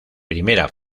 primera